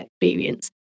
experience